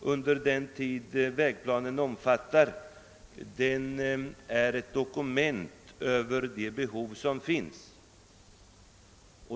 under den tid vägplanen omfattar dokumenterar de behov som finns.